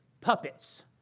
puppets